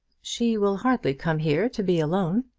she will hardly come here to be alone.